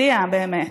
מפתיע באמת.